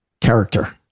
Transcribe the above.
Character